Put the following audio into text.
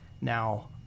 now